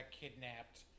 kidnapped